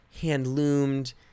hand-loomed